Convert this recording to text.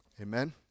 Amen